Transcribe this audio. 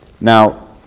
Now